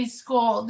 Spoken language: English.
school